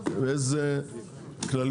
לא נמצא פה.